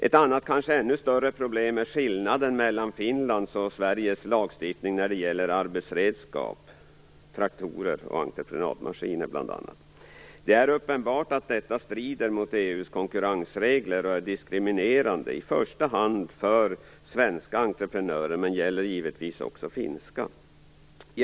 Ett annat och kanske ännu större problem är skillnaden mellan Finlands och Sveriges lagstiftning när det gäller arbetsredskap, bl.a. traktorer och entreprenadmaskiner. Det är uppenbart att detta strider mot EU:s konkurrensregler och är diskriminerande, i första hand för svenska entreprenörer, men det gäller givetvis också finska entreprenörer.